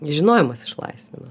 žinojimas išlaisvina